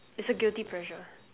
it's a guilty pleasure